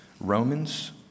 Romans